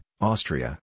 Austria